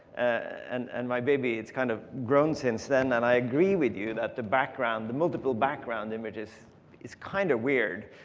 and and my baby has kind of grown since then. and i agree with you, that the background the multiple background images is kind of weird.